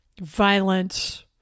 violence